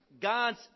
God's